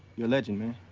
you're a legend, man.